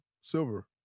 Silver